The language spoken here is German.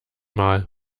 mal